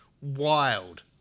wild